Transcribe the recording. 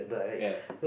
ya